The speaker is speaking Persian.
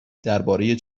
درباره